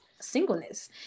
singleness